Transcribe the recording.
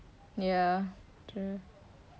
ya true